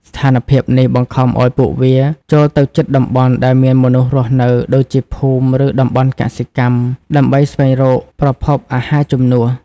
ស្ថានភាពនេះបង្ខំឲ្យពួកវា ចូលទៅជិតតំបន់ដែលមានមនុស្សរស់នៅ ដូចជាភូមិ ឬតំបន់កសិកម្ម ដើម្បីស្វែងរកប្រភពអាហារជំនួស។